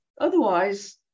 Otherwise